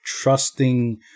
trusting